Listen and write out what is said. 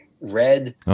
red